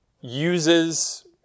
uses